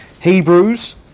Hebrews